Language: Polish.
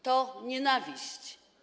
To nienawiść.